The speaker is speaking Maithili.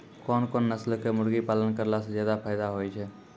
कोन कोन नस्ल के मुर्गी पालन करला से ज्यादा फायदा होय छै?